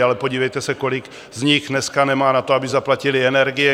Ale podívejte se, kolik z nich dneska nemá na to, aby zaplatili energie.